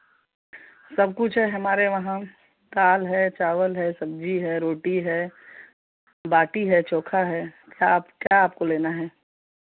सब कुछ है हमारे वहाँ दाल है चावल है सब्जी है रोती है बाटी है चोखा है क्या आप क्या आपको लेना है